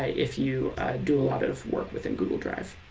if you do a lot of work within google drive.